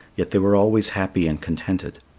yet they were always happy and contented.